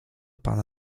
pana